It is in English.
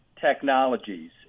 technologies